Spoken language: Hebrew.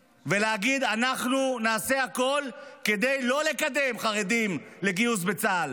ולהגיד: אנחנו נעשה הכול כדי לא לקדם חרדים לגיוס לצה"ל?